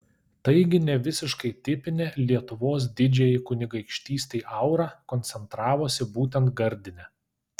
taigi ne visiškai tipinė lietuvos didžiajai kunigaikštystei aura koncentravosi būtent gardine